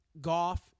Goff